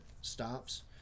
stops